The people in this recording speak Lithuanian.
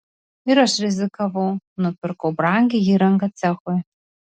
ir aš rizikavau nupirkau brangią įrangą cechui